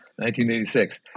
1986